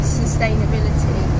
sustainability